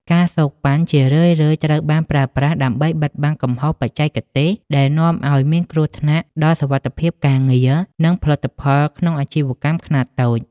ការសូកប៉ាន់ ជារឿយៗត្រូវបានប្រើប្រាស់ដើម្បីបិទបាំងកំហុសបច្ចេកទេស ដែលនាំឱ្យមានគ្រោះថ្នាក់ដល់សុវត្ថិភាពការងារ និងផលិតផលក្នុងអាជីវកម្មខ្នាតតូច។